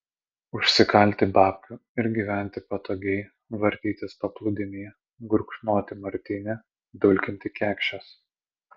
užsikalti babkių ir gyventi patogiai vartytis paplūdimy gurkšnoti martinį dulkinti kekšes